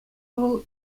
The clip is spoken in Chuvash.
вӑл